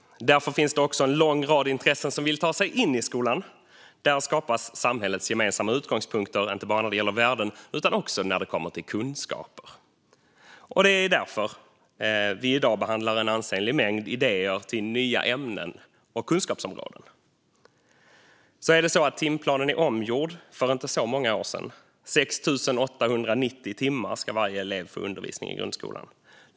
Därför finns det också en lång rad intressen som vill ta sig in i skolan. Där skapas samhällets gemensamma utgångspunkter, inte bara när det gäller värden utan också när det kommer till kunskaper. Det är därför vi i dag behandlar en ansenlig mängd idéer till nya ämnen och kunskapsområden. Timplanen är omgjord för inte så många år sedan. 6 890 timmar ska varje elev få undervisning i grundskolan.